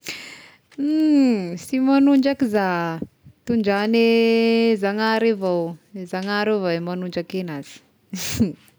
Tsy magnodraky zah, tondrahagne Zanahary avao io, Zanahary avao i manondraka anazy.